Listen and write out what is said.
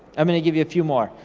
i'm gonna give you a few more.